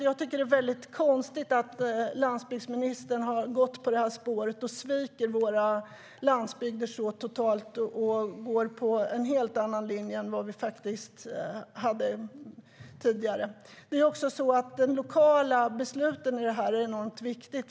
Jag tycker därför att det är konstigt att landsbygdsministern har gått på detta spår och sviker vår landsbygd så totalt och går på en helt annan linje än vi hade tidigare. De lokala besluten i detta sammanhang är enormt viktiga.